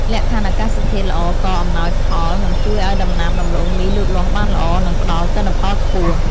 លក្ខខណ្ឌអាកាសធាតុល្អក៏អំណោយផលនិងជួយឱ្យដំណាំដំឡូងមីលូតលាស់បានល្អ និងផ្តល់ទិន្នផលខ្ពស់។